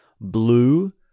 Blue